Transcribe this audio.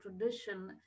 tradition